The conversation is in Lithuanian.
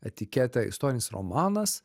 etiketę istorinis romanas